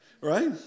right